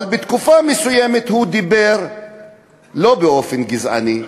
אבל בתקופה מסוימת הוא דיבר לא באופן גזעני,